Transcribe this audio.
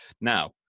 now